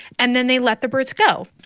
and then they let the birds go.